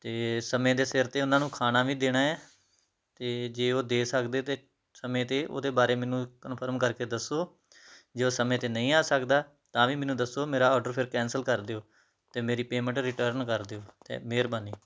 ਅਤੇ ਸਮੇਂ ਦੇ ਸਿਰ 'ਤੇ ਉਹਨਾਂ ਨੂੰ ਖਾਣਾ ਵੀ ਦੇਣਾ ਆ ਅਤੇ ਜੇ ਉਹ ਦੇ ਸਕਦੇ ਤਾਂ ਸਮੇਂ 'ਤੇ ਉਹਦੇ ਬਾਰੇ ਮੈਨੂੰ ਕਨਫਰਮ ਕਰਕੇ ਦੱਸੋ ਜੇ ਉਹ ਸਮੇਂ 'ਤੇ ਨਹੀਂ ਆ ਸਕਦਾ ਤਾਂ ਵੀ ਮੈਨੂੰ ਦੱਸੋ ਮੇਰਾ ਔਡਰ ਫਿਰ ਕੈਂਸਲ ਕਰ ਦਿਓ ਅਤੇ ਮੇਰੀ ਪੇਮੈਂਟ ਰਿਟਰਨ ਕਰ ਦਿਓ ਅਤੇ ਮਿਹਰਬਾਨੀ